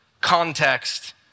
context